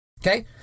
Okay